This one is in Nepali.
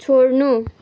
छोड्नु